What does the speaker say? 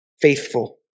faithful